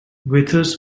withers